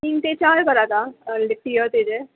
तीन ते चार करात आं टियर्स तेजे